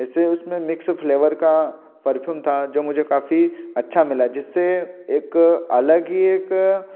ऐसे उसमें mix flavour का परफ्यूम था जो मुझे काफ़ी अच्छा मिला जिससे एक अलग ही एक